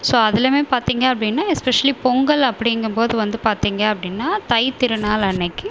so அதுலையுமே பார்த்திங்க அப்படினா எஸ்பெஷல்லி பொங்கல் அப்படிங்கம்போது வந்து பார்த்திங்க அப்படினா தைத்திருநாள் அன்னக்கு